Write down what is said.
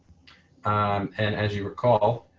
um and as you recall,